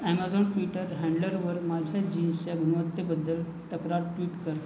Amazon Twitter हँडलरवर माझे जीन्सच्या गुणवत्तेबद्दल तक्रार ट्विट कर